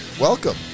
welcome